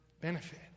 benefit